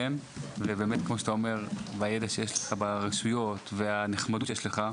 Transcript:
הידע שיש לך ברשויות והנחמדות שלך.